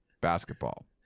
basketball